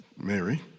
Mary